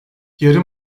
yarı